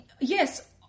Yes